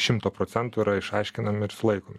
šimto procentų yra išaiškinami ir sulaikomi